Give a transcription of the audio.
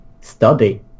study